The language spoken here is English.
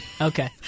okay